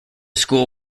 school